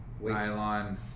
nylon